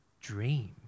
dream